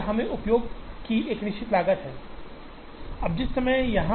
तो यहाँ स्थान की एक निश्चित लागत है यहाँ स्थान की एक निश्चित लागत है